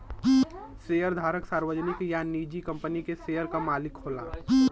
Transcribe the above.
शेयरधारक सार्वजनिक या निजी कंपनी के शेयर क मालिक होला